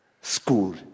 school